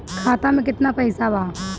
खाता में केतना पइसा बा?